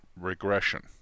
regression